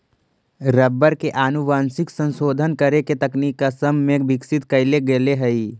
rubber के आनुवंशिक संशोधन करे के तकनीक असम में विकसित कैल गेले हई